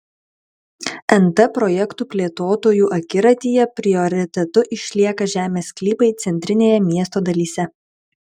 nt projektų plėtotojų akiratyje prioritetu išlieka žemės sklypai centrinėje miesto dalyse